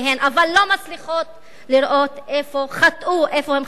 אבל לא מצליחות לראות איפה הן חטאו.